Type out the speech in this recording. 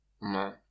...no